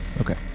Okay